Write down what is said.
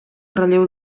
relleu